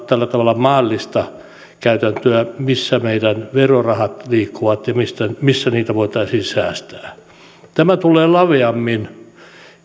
tällä tavalla maallista käytäntöä missä meidän verorahamme liikkuvat ja missä niitä voitaisiin säästää tämä tulee laveammin